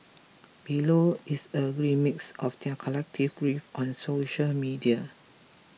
below is a gree mix of their collective grief on social media